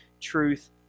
truth